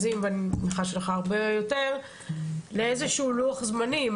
צריך להתכנס לאיזשהו לוח זמנים